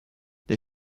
they